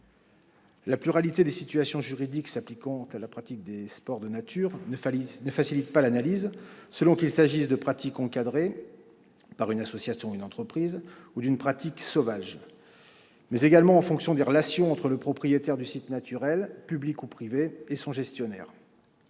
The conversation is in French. La pluralité des situations juridiques s'appliquant à la pratique des sports de nature ne facilite pas l'analyse, selon qu'il s'agisse de pratiques encadrées par une association ou une entreprise ou d'une pratique « sauvage » et selon l'état des relations entre le propriétaire du site naturel, public ou privé, et son gestionnaire.